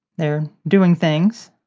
they're doing things.